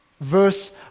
verse